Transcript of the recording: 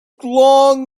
long